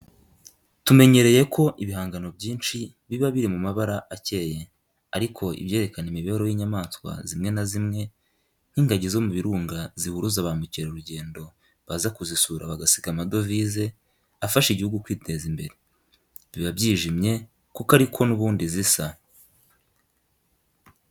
Tumenyereye ko ibihangano byinshi biba biri mu mabara acyeye, ariko ibyerekana imibereho y'inyamaswa zimwe na zimwe, nk'ingagi zo mu birunga zihuruza ba mukerarugendo baza kuzisura bagasiga amadovize, afasha igihugu kwiteza imbere, biba byijimye kuko ariko n'ubundi zisa.